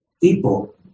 people